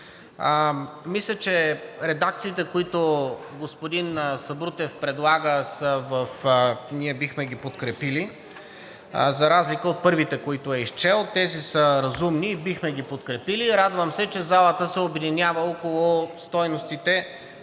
Мисля, че редакциите, които господин Сабрутев предлага, ние бихме ги подкрепили. За разлика от първите, които е изчел, тези са разумни и бихме ги подкрепили. Радвам се, че залата се обединява около стойностите,